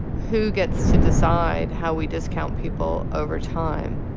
who gets to decide how we discount people over time?